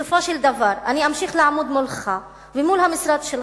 בסופו של דבר אני אמשיך לעמוד מולך ומול המשרד שלך,